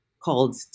called